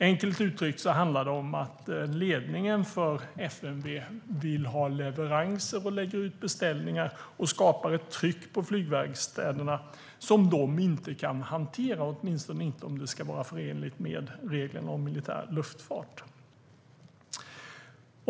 Enkelt uttryckt handlar det om att ledningen för FMV vill ha leveranser och lägger ut beställningar och skapar ett tryck på flygverkstäderna som de inte kan hantera, åtminstone inte om det ska vara förenligt med reglerna om militär luftfart.